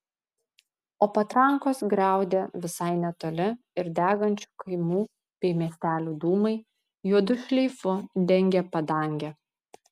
o patrankos griaudė visai netoli ir degančių kaimų bei miestelių dūmai juodu šleifu dengė padangę